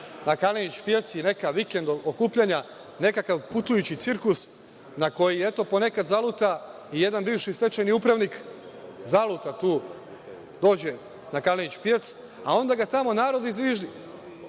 na Kalenić pijaci, neka vikend okupljanja, nekakav putujući cirkus, na koji, eto, ponekad zaluta i jedan bivši stečajni upravnik, zaluta tu, dođe na Kalenić pijac, a onda ga tamo narod izviždi,